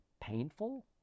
painful